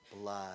Blood